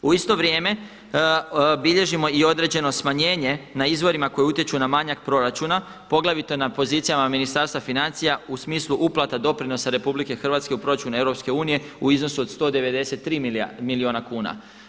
U isto vrijeme bilježimo i određeno smanjenje na izvorima koji utječu na manjak proračuna poglavito na pozicijama Ministarstva financija u smislu uplata doprinosa RH u proračun EU u iznosu od 193 milijuna kuna.